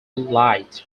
light